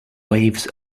waves